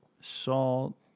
salt